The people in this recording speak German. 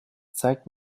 zeig